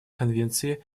конвенции